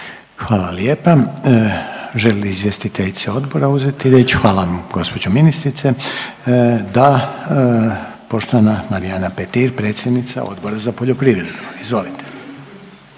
Hvala lijepa. Želi li izvjestiteljica odbora uzeti riječ? Hvala vam gospođo ministrice. Da, poštovana Marijana Petir predsjednica Odbora za poljoprivredu. Izvolite.